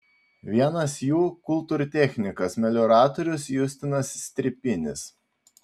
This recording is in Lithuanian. vienas jų kultūrtechnikas melioratorius justinas stripinis